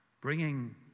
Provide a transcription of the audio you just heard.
bringing